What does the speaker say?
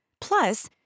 Plus